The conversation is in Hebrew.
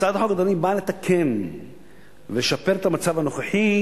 הצעת החוק באה לתקן ולשפר את המצב הנוכחי,